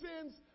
sins